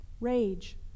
Rage